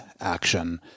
action